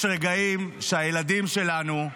יש רגעים שבהם הילדים שלנו,